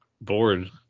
bored